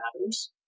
matters